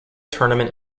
tournament